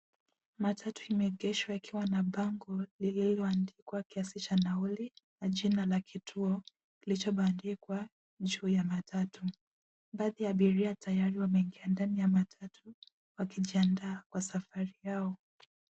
Matatu imeegeshwa ikiwa na bango lilioandikwa kiasi cha nauli majina na kituo kilichobandikwa juu ya matatu. Baadhi ya abiria tayari wameingia ndani ya matatu wakijiandaa kwa safari yao.